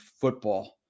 football